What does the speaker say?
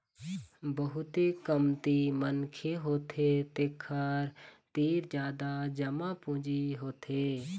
बहुते कमती मनखे होथे जेखर तीर जादा जमा पूंजी होथे